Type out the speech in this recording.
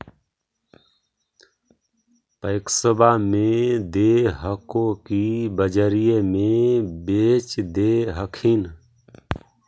पैक्सबा मे दे हको की बजरिये मे बेच दे हखिन?